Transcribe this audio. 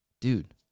dude